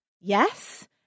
Yes